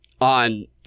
on